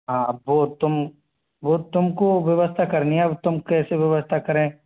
हाँ अब वो तुम वो तुमको व्यवस्था करनी है अब तुम कैसे व्यवस्था करें